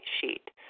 sheet